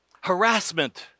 harassment